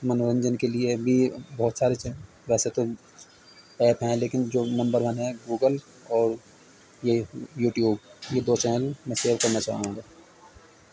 منورنجن کے لیے بھی بہت سارے ویسے تو ایپ ہیں لیکن جو نمبر ون ہے گوگل اور یہ یوٹیوب یہ دو چینل میں شیئر کرنا چاہوں گا